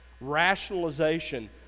rationalization